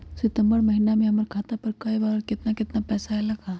सितम्बर महीना में हमर खाता पर कय बार बार और केतना केतना पैसा अयलक ह?